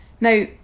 Now